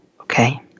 Okay